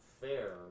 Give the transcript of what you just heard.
fair